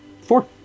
Four